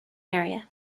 area